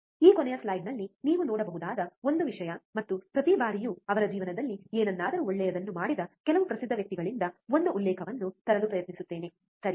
ಈ ಕೊನೆಯ ಸ್ಲೈಡ್ನಲ್ಲಿ ನೀವು ನೋಡಬಹುದಾದ ಒಂದು ವಿಷಯ ಮತ್ತು ಪ್ರತಿ ಬಾರಿಯೂ ಅವರ ಜೀವನದಲ್ಲಿ ಏನಾದರೂ ಒಳ್ಳೆಯದನ್ನು ಮಾಡಿದ ಕೆಲವು ಪ್ರಸಿದ್ಧ ವ್ಯಕ್ತಿಗಳಿಂದ ಒಂದು ಉಲ್ಲೇಖವನ್ನು ತರಲು ಪ್ರಯತ್ನಿಸುತ್ತೇನೆ ಸರಿ